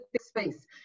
space